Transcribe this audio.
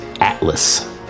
atlas